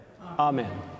Amen